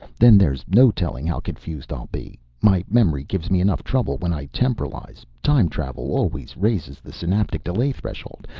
then there's no telling how confused i'll be. my memory gives me enough trouble when i temporalize. time-travel always raises the synaptic delay threshold,